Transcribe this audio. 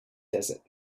desert